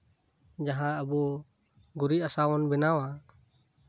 ᱡᱟᱦᱟᱸ ᱟᱵᱚ ᱜᱩᱨᱤᱡ ᱦᱟᱥᱟ ᱵᱚᱱ ᱵᱮᱱᱟᱣᱟ